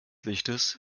lichtes